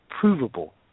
provable